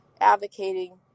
advocating